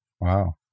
Wow